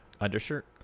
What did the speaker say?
Undershirt